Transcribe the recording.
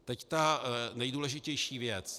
Teď ta nejdůležitější věc.